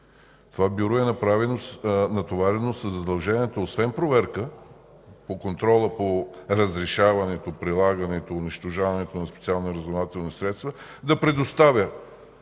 Това бюро е натоварено със задължението освен проверка по контрола по разрешаването, прилагането, унищожаването на специални разузнавателни средства да предоставя,